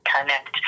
connect